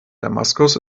damaskus